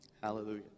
Hallelujah